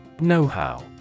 Know-how